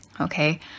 Okay